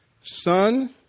Son